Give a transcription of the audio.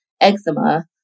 eczema